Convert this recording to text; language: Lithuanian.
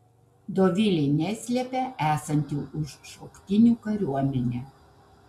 dovilė neslepia esanti už šauktinių kariuomenę